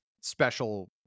special